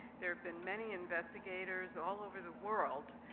there have been many investigators all over the world,